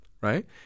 right